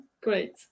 great